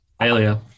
Aelia